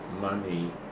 money